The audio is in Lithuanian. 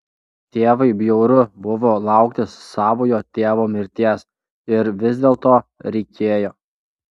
tėvui bjauru buvo laukti savojo tėvo mirties ir vis dėlto reikėjo